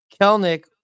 Kelnick